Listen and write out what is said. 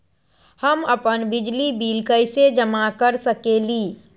हम अपन बिजली बिल कैसे जमा कर सकेली?